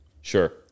Sure